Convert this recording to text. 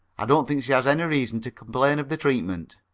i don't think she's any reason to complain of the treatment